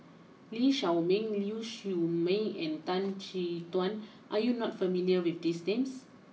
Lee Shao Meng Ling Siew May and Tan Chin Tuan are you not familiar with these names